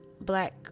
Black